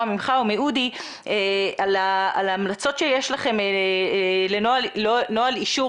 ממך או מאודי ההמלצות שיש לכם לנוהל אישור,